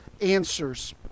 answers